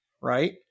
right